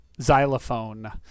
xylophone